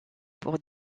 pour